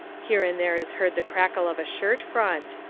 here and there is heard the crackle of a shirt front.